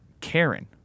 Karen